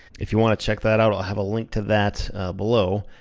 if you wanna check that out, i'll have a link to that below.